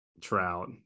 Trout